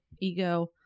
ego